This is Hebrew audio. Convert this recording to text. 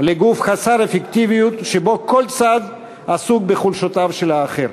ולגוף חסר אפקטיביות שבו כל צד עסוק בחולשותיו של האחר.